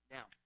Now